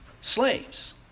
slaves